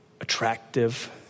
attractive